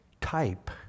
type